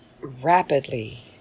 rapidly